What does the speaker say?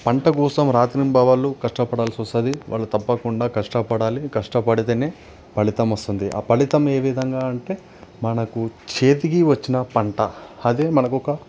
పంట కోసం రాత్రింబవళ్లు కష్టపడాల్సొస్తుంది వాళ్ళు తప్పకుండా కష్టపడాలి కష్టపడితేనే ఫలితం వస్తుంది ఆ ఫలితం ఏ విధంగా అంటే మనకు చేతికి వచ్చిన పంట అదే మనకొక